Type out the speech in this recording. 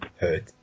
hurt